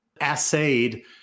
assayed